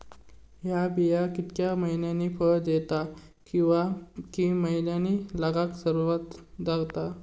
हया बिया कितक्या मैन्यानी फळ दिता कीवा की मैन्यानी लागाक सर्वात जाता?